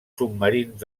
submarins